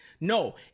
No